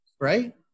Right